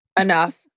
Enough